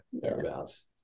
Thereabouts